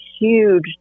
huge